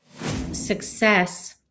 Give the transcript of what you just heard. Success